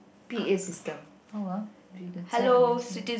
P_A system how ah with a announcement